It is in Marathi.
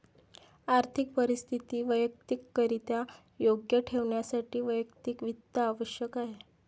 आर्थिक परिस्थिती वैयक्तिकरित्या योग्य ठेवण्यासाठी वैयक्तिक वित्त आवश्यक आहे